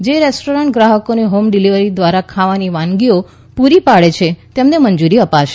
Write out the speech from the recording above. જે રેસ્ટોરેન્ટ ગ્રાહકોને home delivery દ્વારા ખાવાની વાનગીઓ પૂરી પાડે છે તેમને મંજૂરી અપાશે